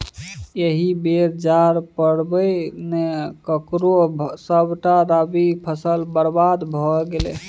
एहि बेर जाड़ पड़बै नै करलै सभटा रबी फसल बरबाद भए गेलै